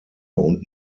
und